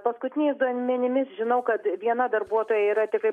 paskutiniais duomenimis žinau kad viena darbuotoja yra tikrai